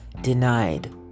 denied